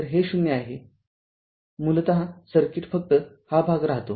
तर हे ० आहे मूलतः सर्किट फक्त हा भाग राहतो